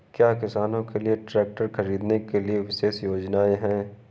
क्या किसानों के लिए ट्रैक्टर खरीदने के लिए विशेष योजनाएं हैं?